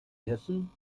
hessen